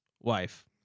wife